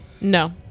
No